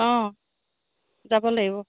অঁ যাব লাগিব